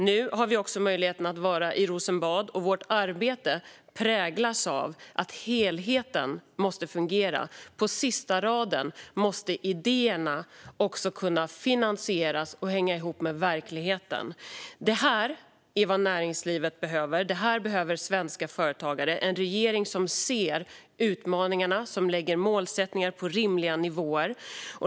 Nu har vi också möjligheten att vara i Rosenbad, och vårt arbete präglas av att helheten måste fungera. På sista raden måste idéerna kunna finansieras och hänga ihop med verkligheten. Det här är vad näringslivet och svenska företagare behöver: en regering som ser utmaningarna och lägger målsättningarna på rimliga nivåer.